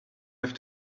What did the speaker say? have